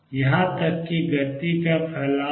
यहां तक कि गति का भी फैलाव है